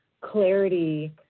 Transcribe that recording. clarity